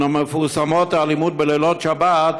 ומן המפורסמות היא האלימות בלילות שבת,